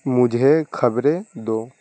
مجھے خبریں دو